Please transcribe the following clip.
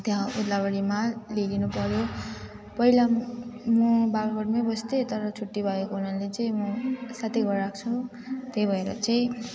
त्यहाँ ओदलाबाडीमा ल्याइदिनु पऱ्यो पहिला म बाग्राकोटमै बस्थेँ तर छुट्टी भएको हुनाले चाहिँ म साथीको घर आएको छु त्यही भएर चाहिँ